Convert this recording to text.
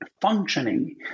functioning